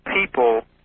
people